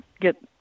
get